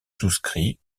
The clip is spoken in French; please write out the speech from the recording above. souscrit